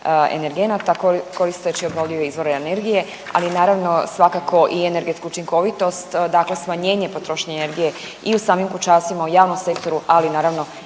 energenata koristeći obnovljive izvore energije, ali naravno svakako i energetsku učinkovitost, dakle smanjenje potrošnje energije i u samim kućanstvima, u javnom sektoru, ali naravno